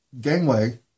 gangway